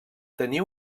tenia